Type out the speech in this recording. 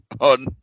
on